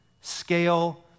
scale